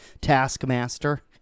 Taskmaster